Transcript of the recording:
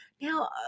now